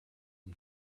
him